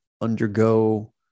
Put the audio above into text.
undergo